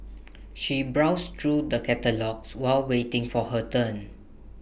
she browsed through the catalogues while waiting for her turn